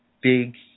big